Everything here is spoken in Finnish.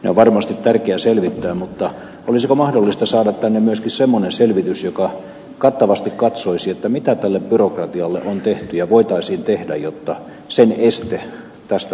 ja varmasti tärkeä selvittää mutta olisiko mahdollista saada enemmistö savonen selvitys joka kattavasti katsoisi mitä telle byrokratialle on tehty ja voitaisiin tehdä jotta sen ei se tee tästä